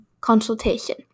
consultation